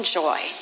joy